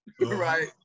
right